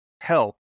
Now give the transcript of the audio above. help